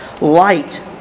Light